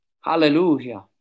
Hallelujah